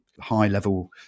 high-level